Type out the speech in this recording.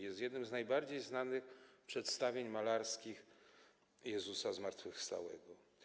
Jest jednym z najbardziej znanych przedstawień malarskich Jezusa Zmartwychwstałego.